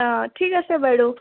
অঁ ঠিক আছে বাৰু